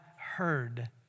heard